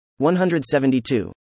172